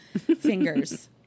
fingers